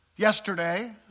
Yesterday